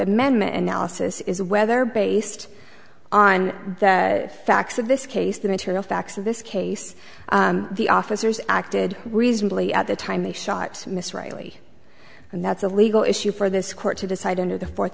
amendment analysis is whether based on that facts of this case the material facts of this case the officers acted reasonably at the time they shot miss rightly and that's a legal issue for this court to decide in to the fourth